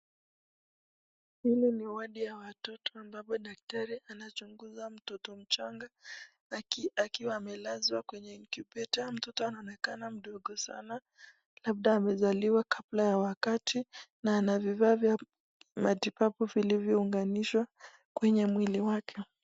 Hii ni wodi ya watoto ambapo daktari anamuguza mtoto mchanga akiwa amelazwa kwenye incubator mtoto anaonekana mdogo sana, labda amezaliwa kabla ya wakati na ana vifaa vya matibabu vilivyo unganishwa kwenye mwili wake